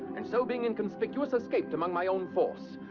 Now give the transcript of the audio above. and so being inconspicuous, escaped among my own force,